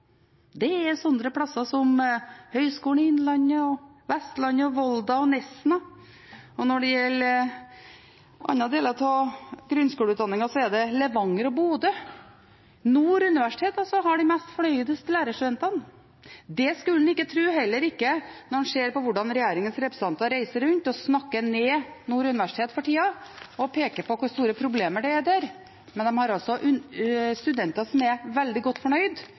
er steder som høgskolene i Innlandet, på Vestlandet, i Volda og i Nesna. Når det gjelder andre deler av grunnskolelærerutdanningen, er det Levanger og Bodø. Nord universitet har de mest fornøyde lærerstudentene. Det skulle en ikke tro – heller ikke når en ser hvordan regjeringens representanter for tida reiser rundt og snakker ned Nord universitet og peker på hvor store problemer det er der. Men de har altså studenter som er veldig godt fornøyd